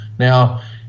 Now